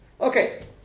Okay